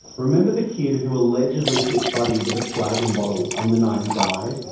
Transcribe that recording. remember the kid who allegedly hit buddy with a flagon bottle on the night he died?